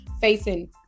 facing